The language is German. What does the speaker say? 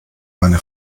eine